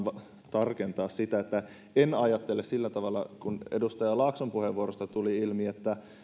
tarkentaa sitä että en ajattele sillä tavalla kuin edustaja laakson puheenvuorosta tuli ilmi että